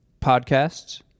Podcasts